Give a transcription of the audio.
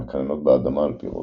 המקננות באדמה על-פי רוב.